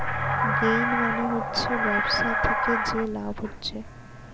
gain মানে হচ্ছে ব্যবসা থিকে যে লাভ হচ্ছে